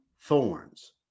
thorns